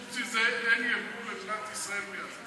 חוץ מזה, אין יבוא למדינת ישראל מעזה.